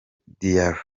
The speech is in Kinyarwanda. diarra